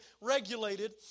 regulated